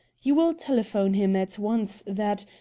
you will telephone him at once that,